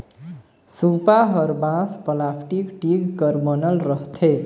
सूपा हर बांस, पलास्टिक, टीग कर बनल रहथे